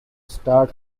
start